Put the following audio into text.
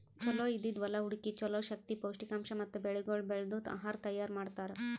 ಚಲೋ ಇದ್ದಿದ್ ಹೊಲಾ ಹುಡುಕಿ ಚಲೋ ಶಕ್ತಿ, ಪೌಷ್ಠಿಕಾಂಶ ಮತ್ತ ಬೆಳಿಗೊಳ್ ಬೆಳ್ದು ಆಹಾರ ತೈಯಾರ್ ಮಾಡ್ತಾರ್